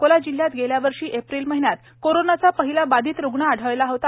अकोला जिल्ह्यात गेल्या वर्षी एप्रिल महिन्यात कोरोनाचा पहिला बाधित रुग्ण आढळला होता